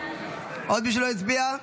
עוד מישהו לא הצביע?